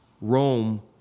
Rome